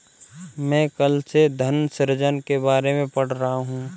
मैं कल से धन सृजन के बारे में पढ़ रहा हूँ